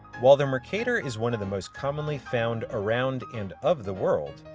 while the mercator is one of the most commonly found around and of the world,